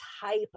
type